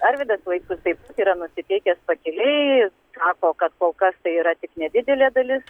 arvydas vaitkus taip yra nusiteikęs pakiliai sako kad kol kas tai yra tik nedidelė dalis